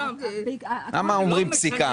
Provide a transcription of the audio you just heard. למה אומרים "פסיקה"?